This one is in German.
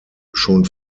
schon